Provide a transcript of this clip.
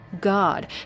god